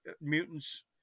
mutants